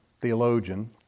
theologian